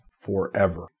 forever